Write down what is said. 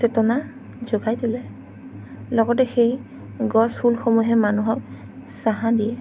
চেতনা জগাই তুলে লগতে সেই গছ ফুলসমূহেও মানুহক চাহ দিয়ে